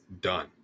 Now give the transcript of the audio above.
done